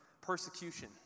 persecution